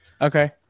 Okay